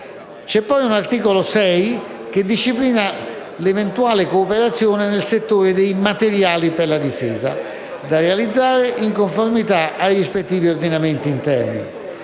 C'è poi l'articolo 6, che disciplina l'eventuale cooperazione nel settore dei materiali per la difesa, da realizzare in conformità ai rispettivi ordinamenti interni: